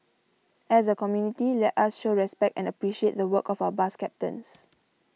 as a community let us show respect and appreciate the work of our bus captains